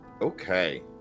Okay